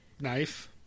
knife